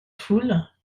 foule